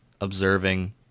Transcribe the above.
observing